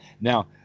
Now